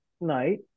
night